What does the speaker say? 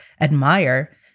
admire